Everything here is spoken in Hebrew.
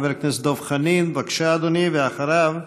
חבר הכנסת דב חנין, בבקשה, אדוני, ואחריו,